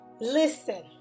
listen